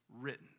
written